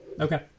Okay